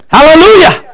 Hallelujah